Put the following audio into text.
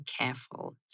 careful